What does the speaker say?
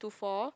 to four